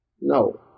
No